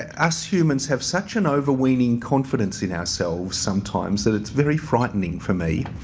us humans have such an over winning confidence in ourselves sometimes that it's very frightening for me.